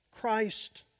Christ